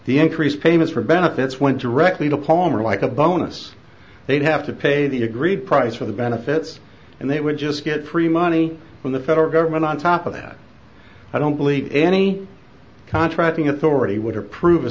the increase payments for benefits went directly to palmer like a bonus they'd have to pay the agreed price for the benefits and they would just get free money from the federal government on top of that i don't believe any contracting authority would approve a